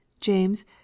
james